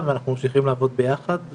אנחנו פותחים את דיון הוועדה לביטחון פנים.